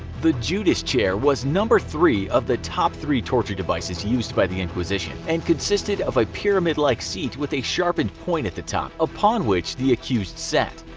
the judas chair was number three of the top three torture devices used by the inquisition, and consisted of a pyramid like seat with a sharpened point at the top, upon which the accused was sat